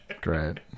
Great